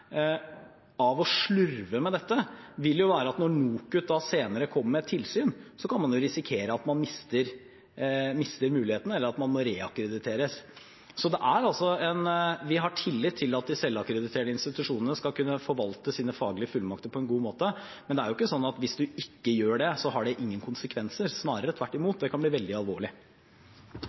av å slurve med dette være at når NOKUT senere kommer med et tilsyn, kan man risikere at man mister muligheten, eller at man må reakkrediteres. Vi har tillit til at de selvakkrediterende institusjonene skal kunne forvalte sine faglige fullmakter på en god måte, men det er jo ikke sånn at hvis du ikke gjør det, har det ingen konsekvenser – snarere tvert imot, det kan bli veldig alvorlig.